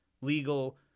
legal